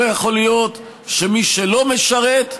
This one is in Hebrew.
לא יכול להיות שמי שלא משרת,